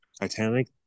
titanic